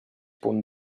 punt